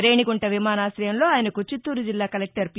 రేణిగుంట విమానాశయంలో ఆయనకు చిత్తూరు జిల్లా కలెక్టర్ పి